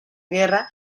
guerra